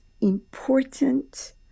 important